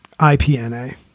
IPNA